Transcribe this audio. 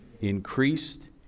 Increased